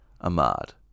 Ahmad